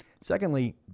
Secondly